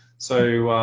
so